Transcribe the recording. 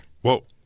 Whoa